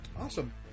Awesome